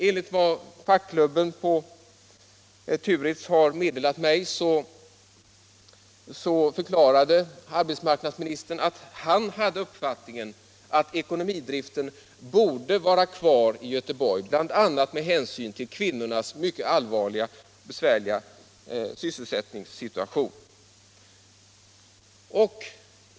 Enligt vad fackklubben på Turitz har meddelat mig förklarade arbetsmarknadsministern att han delade uppfattningen att ekonomidriften borde vara kvar i Göteborg, bl.a. med hänsyn till kvinnornas mycket besvärliga sysselsättningssituation.